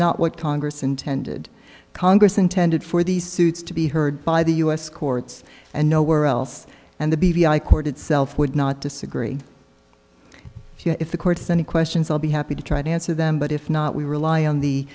not what congress intended congress intended for these suits to be heard by the us courts and nowhere else and the b v i court itself would not disagree if the courts any questions i'll be happy to try to answer them but if not we rely on the